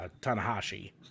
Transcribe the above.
tanahashi